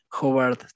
Howard